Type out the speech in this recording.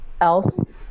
else